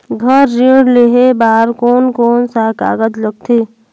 घर ऋण लेहे बार कोन कोन सा कागज लगथे?